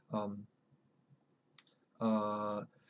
um err